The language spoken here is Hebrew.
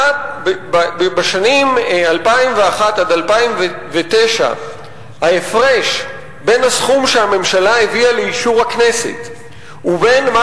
בשנים 2001 2009 ההפרש בין הסכום שהממשלה הביאה לאישור הכנסת ובין מה